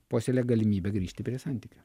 puoselėja galimybę grįžti prie santykio